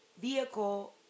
vehicle